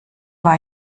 war